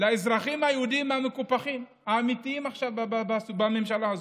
לאזרחים היהודים, המקופחים האמיתיים בממשלה הזאת.